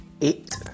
eight